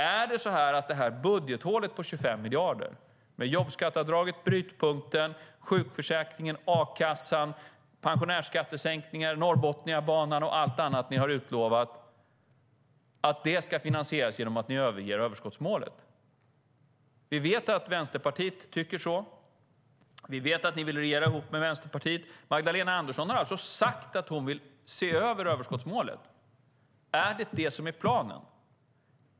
Är det så att budgethålet på 25 miljarder - alltså jobbskatteavdraget, brytpunkten, sjukförsäkringen, a-kassan, pensionärsskattesänkningen, Norrbotniabanan och allt annat ni har utlovat - ska finansieras genom att ni överger överskottsmålet? Vi vet att Vänsterpartiet tycker så. Vi vet att ni vill regera ihop med Vänsterpartiet. Magdalena Andersson har sagt att hon vill se över överskottsmålet. Är det detta som är planen?